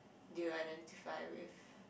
do you identify with